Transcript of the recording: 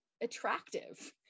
attractive